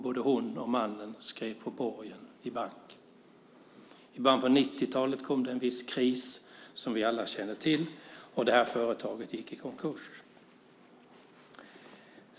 Både hon och mannen skrev på borgen i banken. I början av 90-talet kom en viss kris som vi alla känner till, och företaget gick i konkurs.